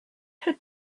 had